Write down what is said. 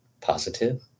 positive